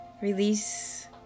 release